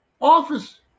Office